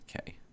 Okay